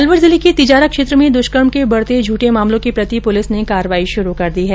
अलवर जिले के तिजारा क्षेत्र में दुष्कर्म के बढ़ते झूंठे मामलों के प्रति पुलिस ने कार्रवाई शुरू कर दी है